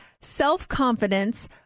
self-confidence